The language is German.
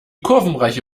kurvenreiche